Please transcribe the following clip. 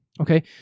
Okay